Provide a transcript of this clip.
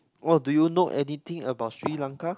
oh do you know anything about Sri-Lanka